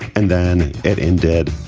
and then it and did.